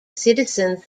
citizens